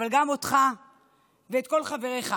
אבל גם אותך ואת כל חבריך